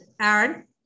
aaron